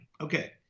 Okay